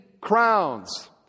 crowns